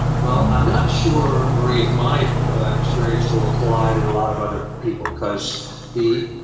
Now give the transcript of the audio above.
well, i'm not sure, marie, if my experience will apply to a lot of other people because the.